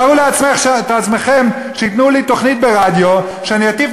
תארו לעצמכם שייתנו לי תוכנית ברדיו שאני אטיף